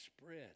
spread